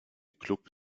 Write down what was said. klub